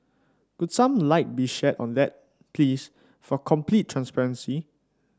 could some light be shed on that please for complete transparency